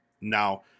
Now